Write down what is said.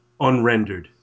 unrendered